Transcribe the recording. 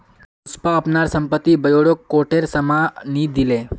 पुष्पा अपनार संपत्ति ब्योरा कोटेर साम न दिले